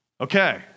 Okay